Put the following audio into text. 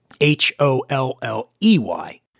H-O-L-L-E-Y